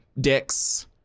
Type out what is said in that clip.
dicks